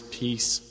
peace